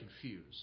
confused